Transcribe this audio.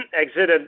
exited